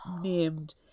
named